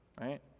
right